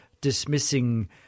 dismissing